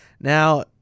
Now